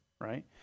right